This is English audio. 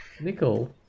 Nickel